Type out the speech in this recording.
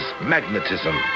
magnetism